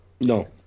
No